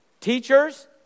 Teachers